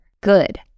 Good